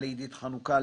לעידית חנוכה,